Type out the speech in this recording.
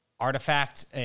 artifact